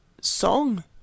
song